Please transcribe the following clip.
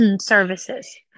services